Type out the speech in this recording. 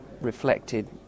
reflected